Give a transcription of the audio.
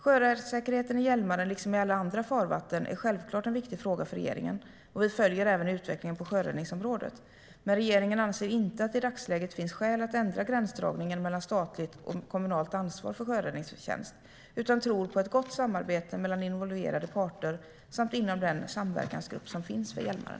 Sjösäkerheten i Hjälmaren, liksom i alla andra farvatten, är självklart en viktig fråga för regeringen, och vi följer även utvecklingen på sjöräddningsområdet. Men regeringen anser inte att det i dagsläget finns skäl att ändra gränsdragningen mellan statligt och kommunalt ansvar för sjöräddningstjänst utan tror på ett gott samarbete mellan involverade parter samt inom den samverkansgrupp som finns för Hjälmaren.